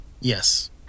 Yes